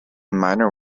minor